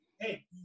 Hey